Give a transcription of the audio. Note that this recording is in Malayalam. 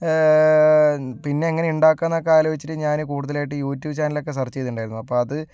പിന്നെ എങ്ങനെ ഉണ്ടാക്കാന്നൊക്കെ ആലോചിച്ചിട്ട് ഞാൻ കൂടുതലായിട്ട് യൂട്യൂബ് ചാനലിലേക്കെ സെർച്ച് ചെയ്തിട്ടുണ്ടായിരുന്നു അപ്പോൾ അത്